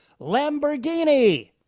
Lamborghini